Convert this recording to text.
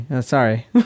Sorry